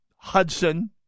Hudson